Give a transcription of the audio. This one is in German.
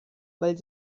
weil